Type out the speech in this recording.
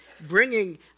bringing